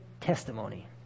testimony